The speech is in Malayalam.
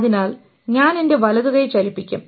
അതിനാൽ ഞാൻ എൻറെ വലതു കൈ ചലിപ്പിക്കും